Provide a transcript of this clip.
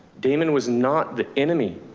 damon was not the enemy.